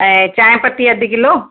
ऐं चांहि पती अधु किलो